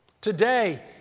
Today